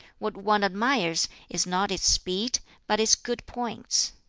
what one admires is not its speed, but its good points.